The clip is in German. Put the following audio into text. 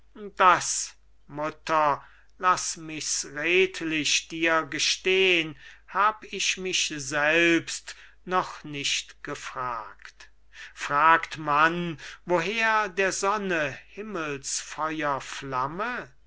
das mutter laß mich's redlich dir gestehn hab ich mich selbst noch nicht gefragt fragt man woher der sonne